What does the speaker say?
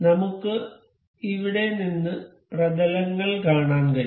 നമുക്ക് ഇവിടെ നിന്ന് പ്രതലങ്ങൾ കാണാൻ കഴിയും